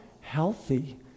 healthy